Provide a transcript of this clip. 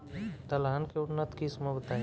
दलहन के उन्नत किस्म बताई?